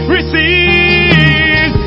Receive